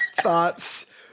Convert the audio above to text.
Thoughts